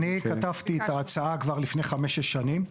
אני כתבתי את ההצעה כבר לפני חמש-שש שנים.